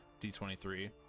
D23